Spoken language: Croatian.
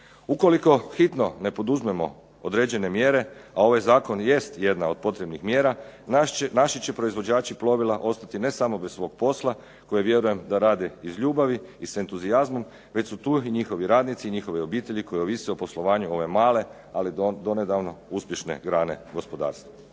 Ukoliko hitni ne poduzmemo određene mjere a ovaj zakon jest jedna od potrebnih mjera naši će proizvođači plovila ostati ne samo bez svog posla koji vjerujem da rade iz ljubavi i s entuzijazmom već su tu i njihovi radnici i njihove obitelji koji ovise o poslovanju ove male ali donedavno uspješne grane gospodarstva.